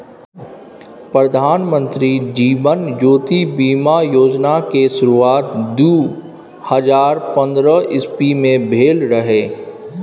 प्रधानमंत्री जीबन ज्योति बीमा योजना केँ शुरुआत दु हजार पंद्रह इस्बी मे भेल रहय